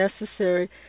necessary